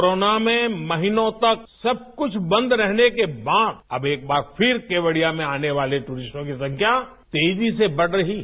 corona में महीनों तक सब कुछ बंद रहने के बाद अब एक बार फिर केवडिया में आने वाले टूरिस्टों की संख्या तेजी से बढ़ रही है